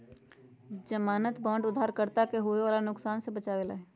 ज़मानत बांड उधारकर्ता के होवे वाला नुकसान से बचावे ला हई